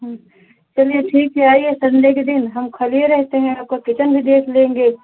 अच् चलिए ठीक है आइए संडे के दिन हम खाली ए रहते हैं आपका किचेन भी देख लेंगे